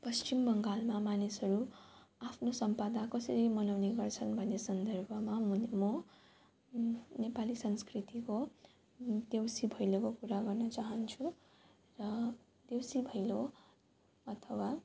पश्चिम बङ्गालमा मानिसहरू आफ्नो सम्पदा कसरी मनाउने गर्छन् भन्ने सन्दर्भमा भने म नेपाली संस्कृतिको देउसी भैलोको कुरा गर्न चाहन्छु र देउसी भैलो अथवा